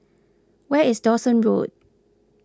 where is Dawson Road